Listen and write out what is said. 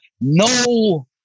no